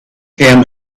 him